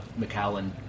McAllen